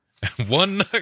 One